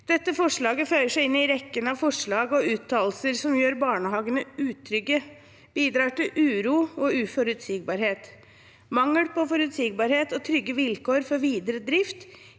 Dette forslaget føyer seg inn i rekken av forslag og uttalelser som gjør barnehagene utrygge og bidrar til uro og uforutsigbarhet. Mangel på forutsigbarhet og trygge vilkår for videre drift